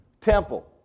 temple